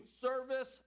service